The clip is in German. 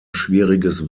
schwieriges